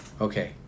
Okay